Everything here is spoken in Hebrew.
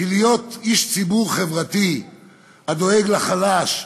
כי להיות איש ציבור חברתי הדואג לחלש,